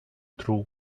threw